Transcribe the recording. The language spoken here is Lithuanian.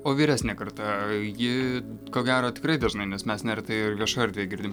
o vyresnė karta ji ko gero tikrai dažnai nes mes neretai ir viešoj erdvėj girdim